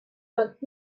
but